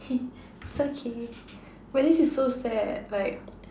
it's okay but this is so sad like